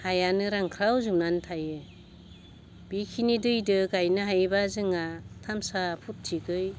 हायानो रानखाव जोबनानै थायो बेखिनि दैदों गायनो हायोबा जोंहा थामसा फुरथिगगै